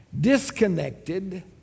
disconnected